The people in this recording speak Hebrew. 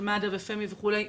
של מד"א ופמ"י וכולי,